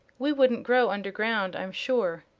we wouldn't grow under ground, i'm sure.